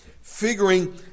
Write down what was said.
figuring